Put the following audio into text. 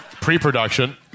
pre-production